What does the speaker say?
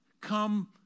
come